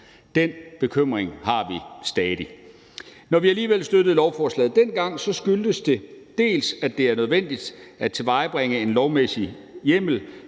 Den bekymring har vi stadig. Når vi alligevel støttede lovforslaget dengang, skyldtes det dels, at det er nødvendigt at tilvejebringe en lovmæssig hjemmel